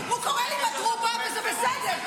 הוא אומר שביצענו פשעים נגד האנושות.